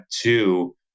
two